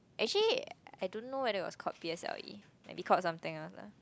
actually I don't know whether it was called p_s_l_e might be called something else ah